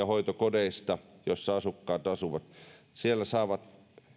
hoitokodeista siellä asuvat asukkaat saavat